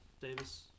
Davis